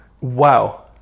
Wow